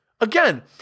Again